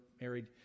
married